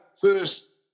first